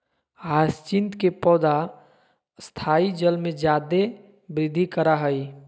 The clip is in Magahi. ह्यचीन्थ के पौधा स्थायी जल में जादे वृद्धि करा हइ